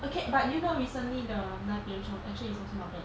okay but you know recently the 那边 show actually is also not bad